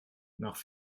nach